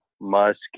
Musk